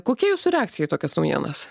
kokia jūsų reakcija į tokias naujienas